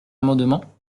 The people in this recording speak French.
amendement